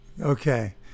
Okay